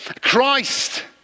Christ